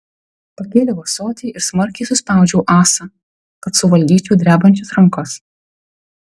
pakėliau ąsotį ir smarkiai suspaudžiau ąsą kad suvaldyčiau drebančias rankas